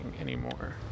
anymore